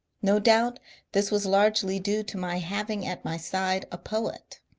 no doubt this was largely due to my having at my side a poet.